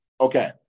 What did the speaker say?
Okay